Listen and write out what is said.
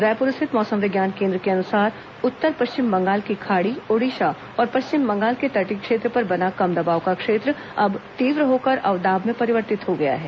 रायपुर स्थित मौसम विज्ञान केंद्र के अनुसार उत्तर पश्चिम बंगाल की खाड़ी ओडिशा और पश्चिम बंगाल के तटीय क्षेत्र पर बना कम दबाव का क्षेत्र अब तीव्र होकर अवदाब में परिवर्तित हो गया है